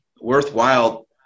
worthwhile